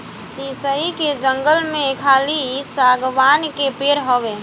शीशइ के जंगल में खाली शागवान के पेड़ बावे